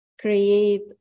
create